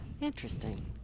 Interesting